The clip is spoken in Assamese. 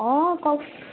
অঁ কওক